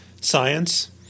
science